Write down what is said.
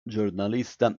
giornalista